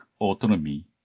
autonomy